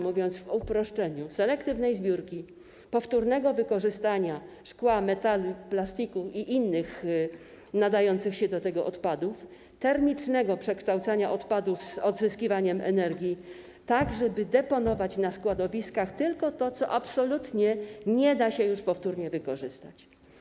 Mówiąc w uproszczeniu, chodzi o selektywną zbiórkę, powtórne wykorzystanie szkła, metalu, plastiku i innych nadających się do tego odpadów, termiczne przekształcanie odpadów z odzyskiwaniem energii, tak żeby deponować na składowiskach tylko to, czego absolutnie nie da się już powtórnie wykorzystać.